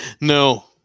No